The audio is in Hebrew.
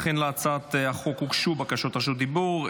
אכן להצעת החוק הוגשו בקשות רשות דיבור.